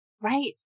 Right